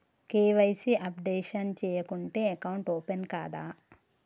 KYC updation చేయకుంటే account open కాదా?